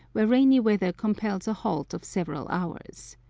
where rainy weather compels a halt of several hours.